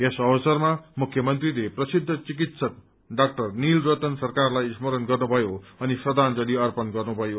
यस अवसरमा मुख्यमन्त्रीले प्रसिद्ध चिकित्सक डा नीलरतन सरकारलाई स्मरण गर्नुभयो अनि श्रद्धांजलि अर्पण गर्नुभयो